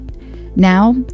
Now